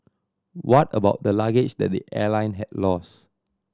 what about the luggage that the airline had lost